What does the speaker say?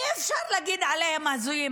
אי-אפשר להגיד עליהם הזויים.